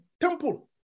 temple